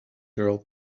girl